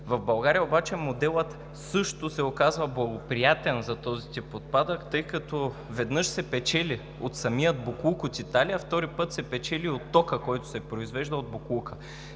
В България обаче моделът също се оказва благоприятен за този тип отпадък, тъй като веднъж се печели от самия боклук от Италия, а втори път се печели и от тока, който се произвежда от боклука.